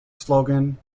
slogan